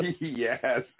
Yes